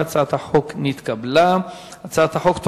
ההצעה להעביר את הצעת חוק העיטורים במשטרת